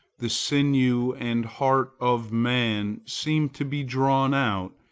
the sinew and heart of man seem to be drawn out,